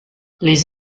les